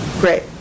great